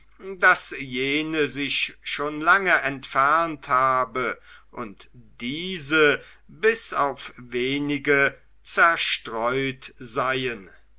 daß jene sich schon lange entfernt habe und diese bis auf wenige zerstreut seien